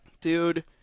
Dude